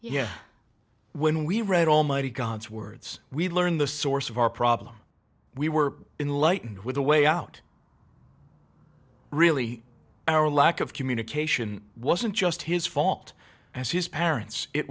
yeah when we read almighty god's words we learn the source of our problem we were in lightened with a way out really our lack of communication wasn't just his fault as his parents it